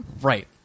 Right